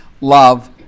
Love